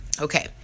Okay